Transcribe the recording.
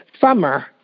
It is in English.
summer